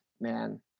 man